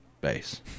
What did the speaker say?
base